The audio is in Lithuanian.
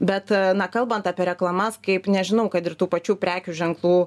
bet na kalbant apie reklamas kaip nežinau kad ir tų pačių prekių ženklų